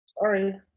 Sorry